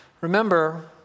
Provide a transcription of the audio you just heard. Remember